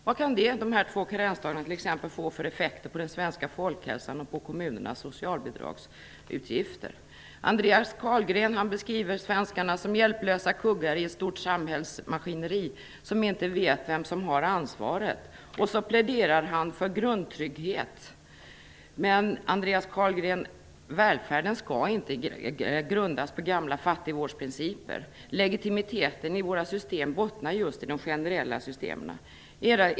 Vad kan dessa två karensdagar få för effekter på t.ex. den svenska folkhälsan och på kommunernas socialbidragsutgifter? Andreas Carlgren beskriver svenskarna som hjälplösa kuggar i ett stort samhällsmaskineri, som inte vet vem som har ansvaret. Och så pläderar han för grundtrygghet! Men välfärden skall inte grundas på gamla fattigvårdsprinciper, Andreas Carlgren. Legitimiteten i våra system bottnar just i att de är generella.